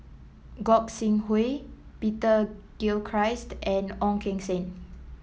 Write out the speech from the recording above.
Gog Sing Hooi Peter Gilchrist and Ong Keng Sen